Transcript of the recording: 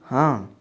हाँ